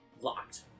locked